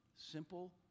Simple